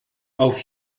auf